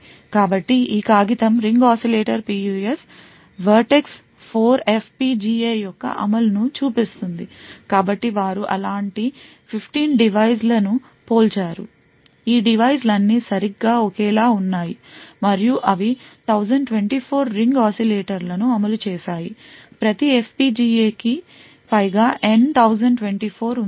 కాబట్టి ఈ కాగితం రింగ్ oscillator PUF శీర్షం 4 FPGA యొక్క అమలు ను చూపిస్తుంది కాబట్టి వారు అలాంటి 15డివైస్ ల ను పోల్చారు ఈ డివైస్ లన్నీ సరిగ్గా ఒకేలా ఉన్నాయి మరియు అవి 1024 రింగ్ oscillator లను అమలు చేశాయి ప్రతి FPGA కి పైగా N 1024 ఉంది